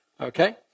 Okay